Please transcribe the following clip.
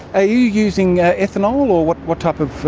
are you using ethanol? what what type of?